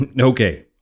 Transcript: Okay